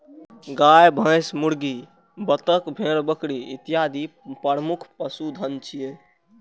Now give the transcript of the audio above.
गाय, भैंस, मुर्गी, बत्तख, भेड़, बकरी इत्यादि प्रमुख पशुधन छियै